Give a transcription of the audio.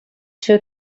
two